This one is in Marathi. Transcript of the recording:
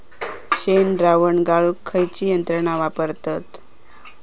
शेणद्रावण गाळूक खयची यंत्रणा वापरतत?